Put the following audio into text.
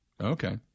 Okay